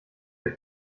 der